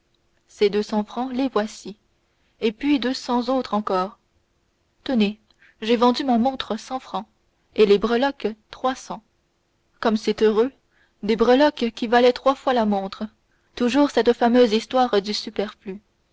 deux cents francs les voici et puis deux cents autres encore tenez j'ai vendu ma montre cent francs et les breloques trois cents comme c'est heureux des breloques qui valaient trois fois la montre toujours cette fameuse histoire du superflu